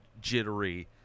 jittery